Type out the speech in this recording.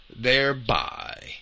thereby